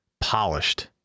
polished